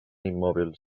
immòbils